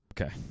Okay